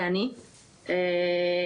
זו אני,